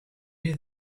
you